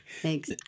Thanks